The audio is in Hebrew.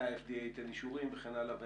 מתי ה-FDA ייתן אישורים וכן הלאה,